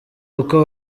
uko